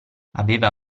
aveva